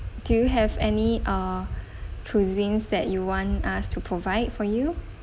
do you have any uh cuisines that you want us to provide for you